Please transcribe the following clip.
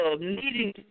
needing